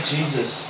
Jesus